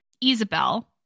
Isabel